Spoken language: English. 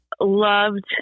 loved